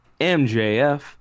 MJF